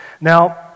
Now